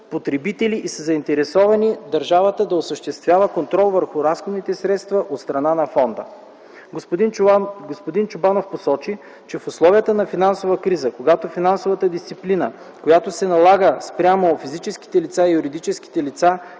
потребители, са заинтересовани държавата да осъществява контрол върху разходваните средства от страна на Фонда. Господин Чобанов посочи, че в условията на финансова криза, когато финансовата дисциплина, която се налага спрямо физическите лица и юридическите лица